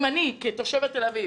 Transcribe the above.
אם אני כתושבת תל אביב